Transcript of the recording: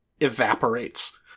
evaporates